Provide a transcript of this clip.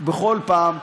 בכל פעם.